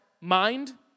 mind